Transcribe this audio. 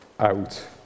Out